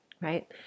right